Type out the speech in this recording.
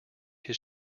his